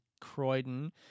Croydon